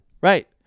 Right